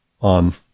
on